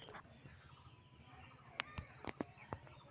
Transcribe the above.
आलूर कुंसम बीज अच्छा?